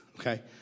Okay